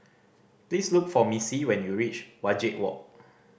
please look for Missie when you reach Wajek Walk